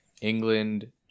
England